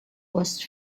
was